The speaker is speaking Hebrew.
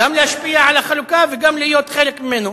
גם להשפיע על החלוקה וגם להיות חלק ממנו.